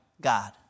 God